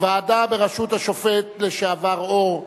ועדה בראשות השופט לשעבר אור,